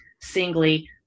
singly